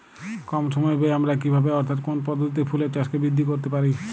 কম সময় ব্যায়ে আমরা কি ভাবে অর্থাৎ কোন পদ্ধতিতে ফুলের চাষকে বৃদ্ধি করতে পারি?